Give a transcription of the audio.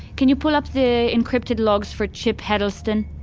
can you pull up the encrypted logs for chip heddleston?